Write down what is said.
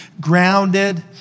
grounded